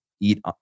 eat